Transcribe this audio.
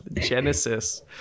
Genesis